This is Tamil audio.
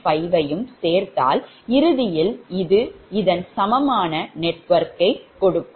5 ஐச் சேர்த்தால் இறுதியில் இது இதன் சமமான நெட்வொர்க் ஆகும்